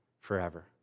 forever